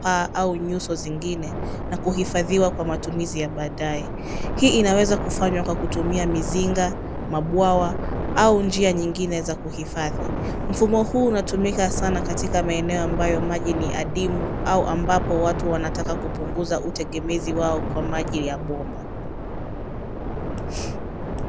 paa au nyuso zingine na kuhifadhiwa kwa matumizi ya baadaye. Hii inaweza kufanywa kwa kutumia mizinga, mabwawa, au njia nyingine za kuhifadhi. Mfumo huu hutumika hasa katika maeneo ambayo maji ni adimu au ambapo watu wanataka kupunguza utegemezi wao kwa maji ya bomba.